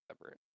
separate